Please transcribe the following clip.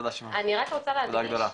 עני רק רוצה להגיד,